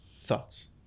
Thoughts